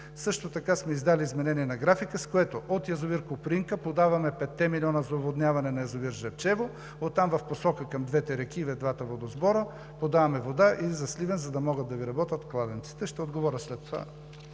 Също така сме издали изменение на графика, с което от язовир „Копринка“ подаваме петте милиона за оводняване на язовир „Жребчево“, оттам в посока към двете реки, двата водосбора подаваме вода и за Сливен, за да могат да работят кладенците. Ще отговоря след това